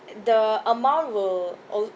the amount will